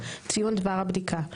ציון דבר הבדיקה,